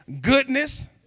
Goodness